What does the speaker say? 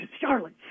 Charlotte